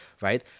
right